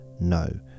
no